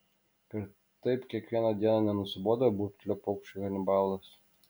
ir taip kiekvieną dieną nenusibodo burbtelėjo paukščiui hanibalas